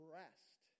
rest